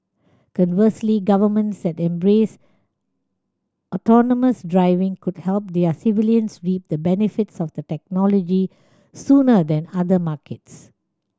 conversely governments that embrace autonomous driving could help their civilians reap the benefits of the technology sooner than other markets